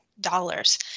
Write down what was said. dollars